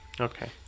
Okay